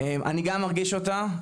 אני גם מרגיש אותה,